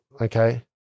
Okay